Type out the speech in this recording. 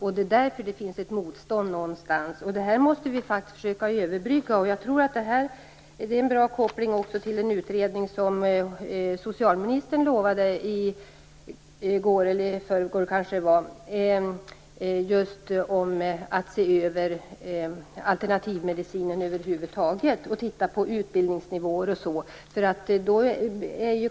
Därför finns det ett motstånd någonstans. Det måste vi faktiskt försöka överbrygga. Det är en bra koppling också till den utredning som socialministern lovade i går eller i förrgår när det gäller att se över alternativmedicinen över huvud taget, liksom utbildningsnivåer och sådant.